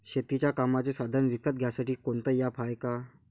शेतीच्या कामाचे साधनं विकत घ्यासाठी कोनतं ॲप हाये का?